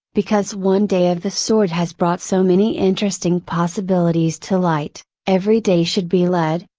because one day of the sort has brought so many interesting possibilities to light, every day should be led,